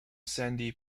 sandy